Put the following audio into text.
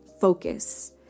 focus